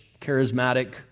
charismatic